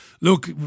Look